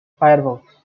firefox